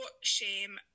shame